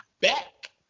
back